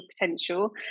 Potential